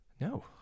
no